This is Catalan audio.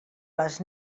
les